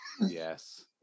Yes